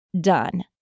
done